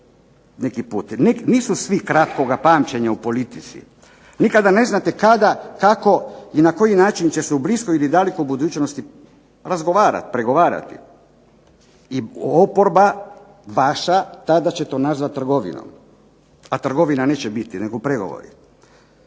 Nisu svi kratkoga pamćenja u politici, nikada ne znate kada, kako i na koji način će se u bliskoj ili dalekoj budućnosti razgovarati, pregovarati, i oporba vaša tada će to nazvati trgovinom, a trgovina neće biti nego pregovori.